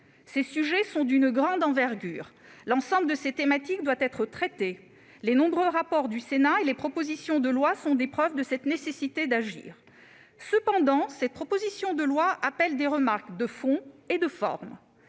Ces sujets sont d'une grande envergure. L'ensemble de ces thématiques doit être traité. Les nombreux rapports du Sénat et les propositions de loi sont des preuves de cette nécessité d'agir. Cependant, cette proposition de loi appelle des remarques de fond et de forme.